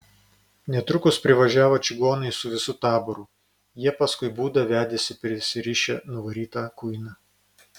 netrukus privažiavo čigonai su visu taboru jie paskui būdą vedėsi prisirišę nuvarytą kuiną